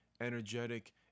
energetic